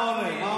מה הוא עונה?